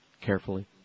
Carefully